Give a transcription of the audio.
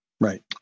Right